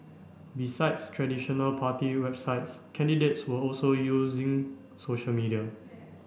besides traditional party websites candidates were also using social media